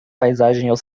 paisagem